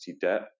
debt